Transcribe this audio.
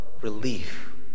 relief